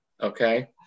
okay